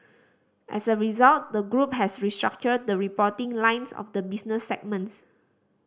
as a result the group has restructured the reporting lines of the business segments